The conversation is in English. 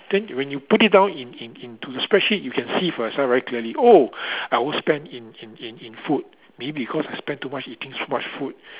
then when you put in down in in into spreadsheet you can see for yourself very clearly oh I won't spend in in in in food maybe because I spend too much eating too much food